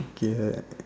okay hack